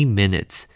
minutes